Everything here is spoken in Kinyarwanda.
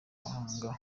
bahanga